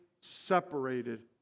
separated